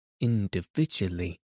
individually